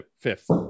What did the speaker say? fifth